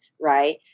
Right